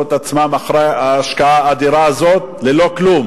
את עצמם אחרי ההשקעה האדירה הזאת ללא כלום,